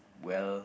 well